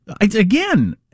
Again